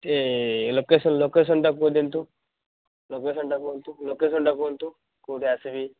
ଏ location ଲୋକେସନ୍ଟା କୁହନ୍ତୁ ଲୋକେସନ୍ଟା କୁହନ୍ତୁ ଲୋକେସନ୍ଟା କୁହନ୍ତୁ କୋଉଠି ଆସିବି